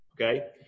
Okay